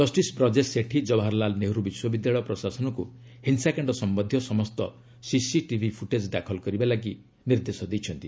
justice Brajesh Sethi Jawaharlal Nehru ବିଶ୍ୱବିଦ୍ୟାଳୟ ପ୍ରଶାସନକୁ ହିଂସାକାଣ୍ଡ ସମ୍ଭନ୍ଧୀୟ ସମସ୍ତ ସିସି ଟିଭି ଫୁଟେଜ୍ ଦାଖଲ କରିବା ପାଇଁ ନିର୍ଦ୍ଦେଶ ଦେଇଛନ୍ତି